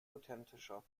authentischer